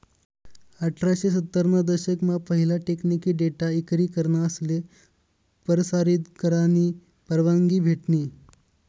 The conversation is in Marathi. अठराशे सत्तर ना दशक मा पहिला टेकनिकी डेटा इक्री करनासले परसारीत करानी परवानगी भेटनी